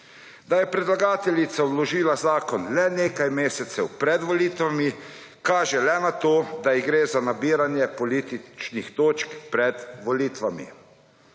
Da je predlagateljica vložila zakon le nekaj mesecev pred volitvami, kaže le na to, da ji gre za nabiranje političnih točk pred volitvami.